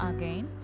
Again